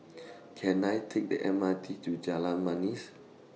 Can I Take The M R T to Jalan Manis